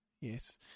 Yes